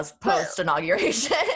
post-inauguration